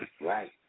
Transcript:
Right